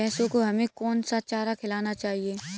भैंसों को हमें कौन सा चारा खिलाना चाहिए?